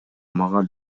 мага